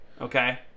okay